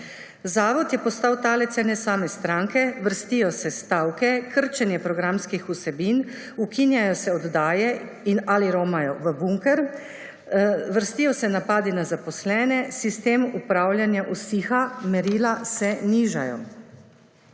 Zavod je postal talec ene same stranke, vrstijo se stavke, krčenje programskih vsebin, ukinjajo se oddaje in ali romajo v bunker, vrstijo se napadi na zaposlene, sistem upravljanja usiha, merila se nižajo.